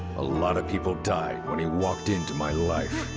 a lot of people died when he walked into my life.